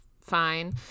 fine